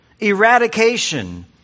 eradication